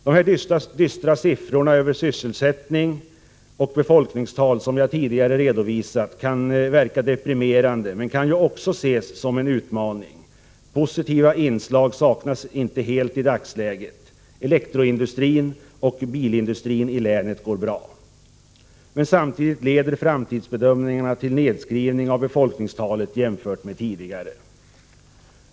De dystra siffror över sysselsättning och befolkningstal som jag tidigare redovisat kan verka deprimerande, men de kan ju också ses som en utmaning. Positiva inslag saknas inte helt i dagsläget — elektroindustrin och bilindustrin i länet går bra. Men samtidigt leder framtidsbedömningarna till en nedskrivning av befolkningstalet jämfört med tidigare.